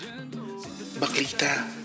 Baklita